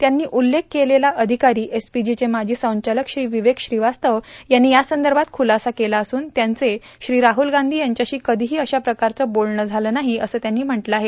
त्यांनी उल्लेख केलेले र्आधकारां एसपीजीचे माजी संचालक श्री ाववेक श्रीवास्तव यांनी यासंदभात खुलासा केला असून त्यांचे श्री राहूल गांधी यांच्याशी कधीहो अशाप्रकारचं बोलणं झालं नाहो असं त्यांनी म्हटलं आहे